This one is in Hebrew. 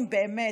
אם באמת,